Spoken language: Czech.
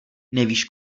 nevíš